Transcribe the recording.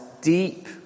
deep